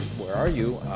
where are you?